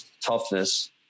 toughness